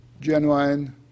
genuine